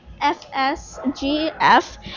F-S-G-F